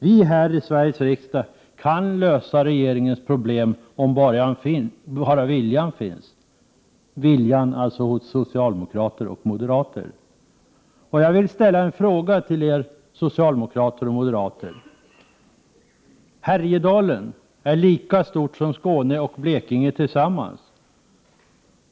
Vi här i Sveriges riksdag kan lösa regeringens problem om bara viljan finns hos socialdemokrater och moderater. Jag vill ställa en fråga till er socialdemokrater och moderater. Härjedalen är lika stort som Skåne och Blekinge tillsammans.